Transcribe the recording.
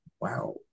wow